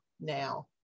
now